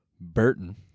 burton